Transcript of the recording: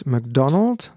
McDonald